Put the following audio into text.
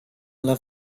alla